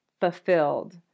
fulfilled